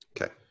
Okay